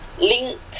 Link